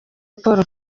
paul